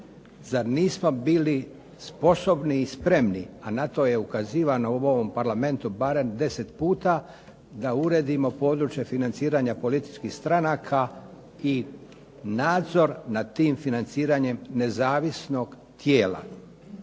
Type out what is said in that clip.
Zar nismo bili sposobni i spremni, a na to je ukazivao u ovom Parlamentu barem 10 puta da uredimo područje financiranja političkih stranka i nadzor nad tim financiranjem nezavisnog tijela